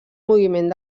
moviment